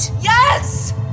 yes